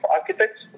architects